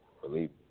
Believe